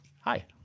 Hi